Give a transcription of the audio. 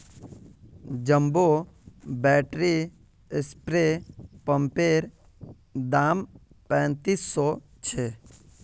jumbo battery spray पंपैर दाम पैंतीस सौ छे